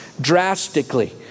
drastically